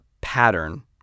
pattern